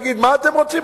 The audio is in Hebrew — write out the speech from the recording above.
יגיד: מה אתם רוצים,